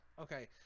Okay